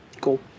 Cool